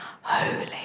holy